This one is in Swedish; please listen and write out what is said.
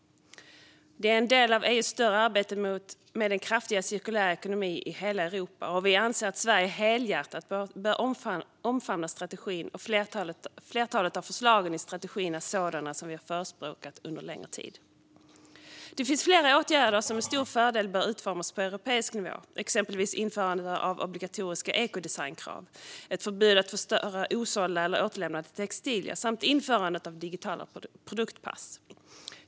Det är en del av EU:s större arbete med en kraftigare cirkulär ekonomi i hela Europa. Vi anser att Sverige helhjärtat bör omfamna strategin, och flertalet av förslagen i strategin är sådana som vi har förespråkat under längre tid. Det finns flera åtgärder som med stor fördel bör utformas på europeisk nivå, exempelvis införandet av obligatoriska ekodesignkrav, ett förbud mot att förstöra osålda eller återlämnade textilier samt införandet av digitala produktpass.